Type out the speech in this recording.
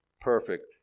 perfect